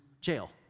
jail